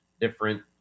different